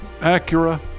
Acura